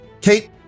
Kate